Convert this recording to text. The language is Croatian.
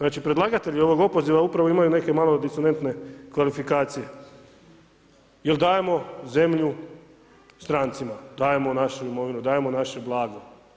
Znači predlagatelji ovog opoziva upravo imaju neke malo disonentne kvalifikacije jel dajemo zemlju strancima, dajemo našu imovinu, dajemo naše blago.